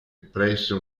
presso